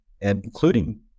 including